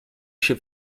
się